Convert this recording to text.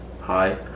Hi